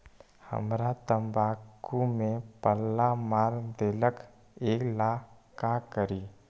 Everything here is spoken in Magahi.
हमरा तंबाकू में पल्ला मार देलक ये ला का करी?